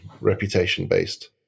reputation-based